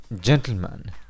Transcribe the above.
gentlemen